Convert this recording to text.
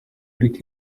ariko